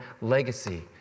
legacy